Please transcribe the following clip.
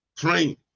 Praying